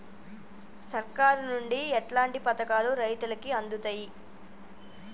సర్కారు నుండి ఎట్లాంటి పథకాలు రైతులకి అందుతయ్?